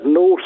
no